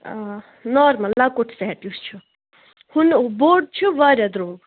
آ نارمَل لۅکُٹ سیٹ یُس چھُ ہُو نہٕ بوٚڈ چھُ واریاہ درٛۅگ